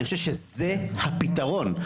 אני חושב שזה הפתרון,